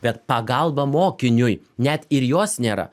bet pagalba mokiniui net ir jos nėra